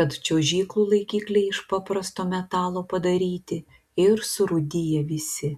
kad čiuožyklų laikikliai iš paprasto metalo padaryti ir surūdiję visi